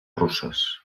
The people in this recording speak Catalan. russes